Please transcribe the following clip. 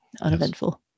uneventful